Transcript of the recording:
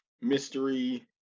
mystery